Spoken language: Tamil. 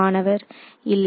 மாணவர் இல்லை